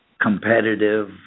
competitive